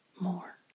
more